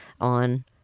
on